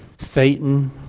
Satan